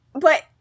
But-